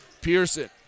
Pearson